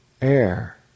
air